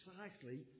precisely